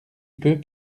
peu